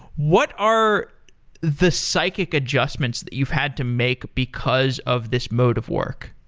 what are the psychic adjustments that you've had to make because of this mode of work?